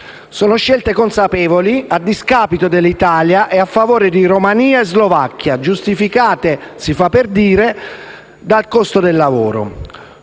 di scelte consapevoli, a discapito dell'Italia e a favore di Romania e Slovacchia, giustificate - si fa per dire - dal costo del lavoro.